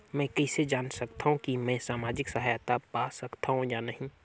मै कइसे जान सकथव कि मैं समाजिक सहायता पा सकथव या नहीं?